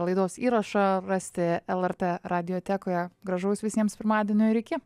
laidos įrašą rasti lrt radijotekoje gražaus visiems pirmadienio ir iki